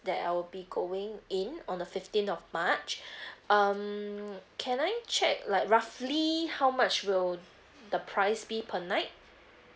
that I will be going in on the fifteenth of march um can I check like roughly how much will the price be per night